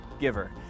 giver